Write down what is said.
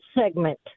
segment